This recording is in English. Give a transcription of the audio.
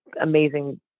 amazing